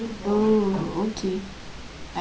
oh okay